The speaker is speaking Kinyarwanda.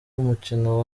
umukino